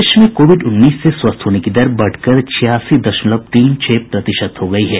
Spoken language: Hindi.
देश में कोविड उन्नीस से स्वस्थ होने की दर बढ़कर छियासी दशमवल तीन छह प्रतिशत हो गई है